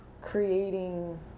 creating